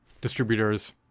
distributors